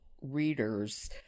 readers